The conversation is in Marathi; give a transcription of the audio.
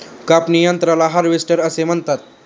कापणी यंत्राला हार्वेस्टर असे म्हणतात